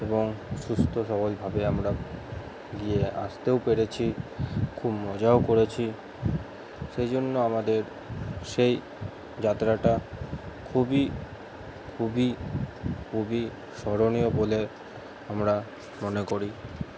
এবং সুস্থ সবলভাবে আমরা গিয়ে আসতেও পেরেছি খুব মজাও করেছি সেই জন্য আমাদের সেই যাত্রাটা খুবই খুবই খুবই স্মরণীয় বলে আমরা মনে করি